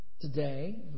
today